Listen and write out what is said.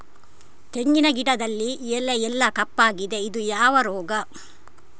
ತೆಂಗಿನ ಗಿಡದಲ್ಲಿ ಎಲೆ ಎಲ್ಲಾ ಕಪ್ಪಾಗಿದೆ ಇದು ಯಾವ ರೋಗ?